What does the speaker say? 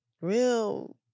real